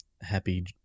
happy